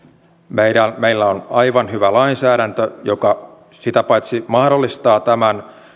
meillä meillä on aivan hyvä lainsäädäntö joka sitä paitsi mahdollistaa